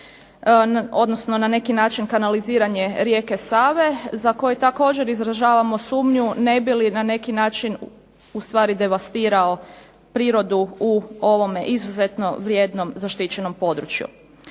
odnosno na neki način kanaliziranje rijeke Save za koji također izražavamo sumnju ne bi li na neki način ustvari devastirao prirodu u ovome izuzetno vrijednom zaštićenom području.